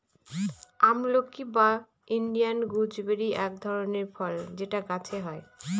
আমলকি বা Indian gooseberry এক ধরনের ফল যেটা গাছে হয়